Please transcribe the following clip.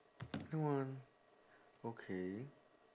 don't want okay